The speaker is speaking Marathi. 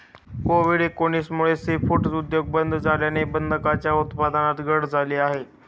कोविड एकोणीस मुळे सीफूड उद्योग बंद झाल्याने बदकांच्या उत्पादनात घट झाली आहे